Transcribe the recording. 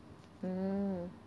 mm